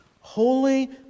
Holy